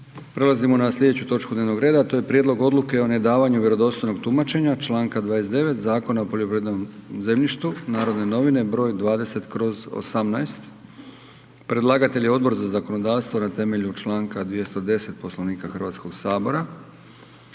Prelazimo na sljedeću točku dnevnog reda a to je: - Prijedlog odluke o nedavanju vjerodostojnog tumačenja članka 29. Zakona o poljoprivrednom zemljištu („Narodne novine“, br. 20/18) Predlagatelj je Odbor za zakonodavstvo na temelju članka 210. Poslovnika Hrvatskoga sabora.